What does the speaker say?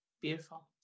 Beautiful